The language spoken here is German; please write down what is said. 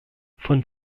von